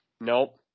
Nope